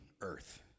earth